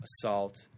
assault